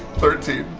thirteen.